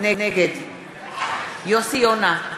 נגד יוסי יונה,